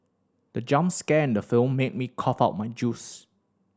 the jump scare in the film made me cough out my juice